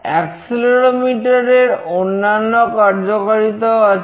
accelerometer এর অন্যান্য কার্যকারিতাও আছে